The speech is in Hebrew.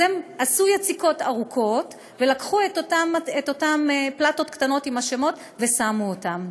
אז הם עשו יציקות ארוכות ולקחו את אותן פלטות קטנות עם השמות ושמו אותן.